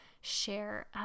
share